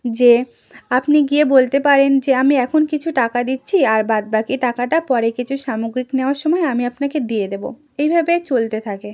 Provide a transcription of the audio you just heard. যে আপনি গিয়ে বলতে পারেন যে আমি এখন কিছু টাকা দিচ্ছি আর বাদ বাকি টাকাটা পরে কিছু সামগ্রিক নেওয়ার সময় আমি আপনাকে দিয়ে দেবো এইভাবে চলতে থাকে